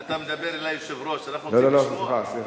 אתה מדבר אל היושב-ראש, אנחנו רוצים לשמוע.